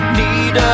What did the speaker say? need